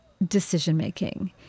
decision-making